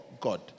God